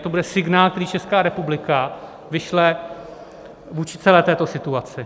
To bude signál, který Česká republika vyšle vůči celé této situaci.